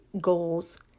goals